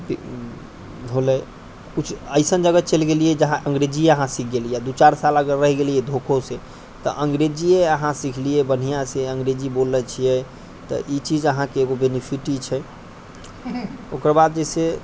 होलै कुछ ऐसन जगह चलि गेलियै जहाँ अंग्रेजिए अहाँ सिखि गेलियै दू चारि साल अगर अहाँ रहि गेलियै धोखोसँ तऽ अंग्रेजिए अहाँ सिखलियै बढ़िआँसँ अंग्रेजी अहाँ बोलि रहल छियै तऽ ई चीज अहाँके एगो बेनिफिट ई छै ओकर बाद जे से